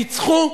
ניצחו,